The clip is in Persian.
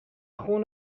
خون